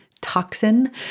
toxin